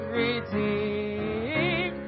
redeem